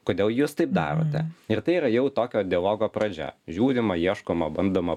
kodėl jūs taip darote ir tai yra jau tokio dialogo pradžia žiūrima ieškoma bandoma